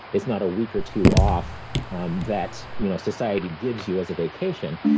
it's not a week or two off um that you know society gives you as a vacation.